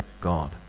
God